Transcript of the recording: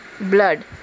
blood